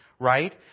Right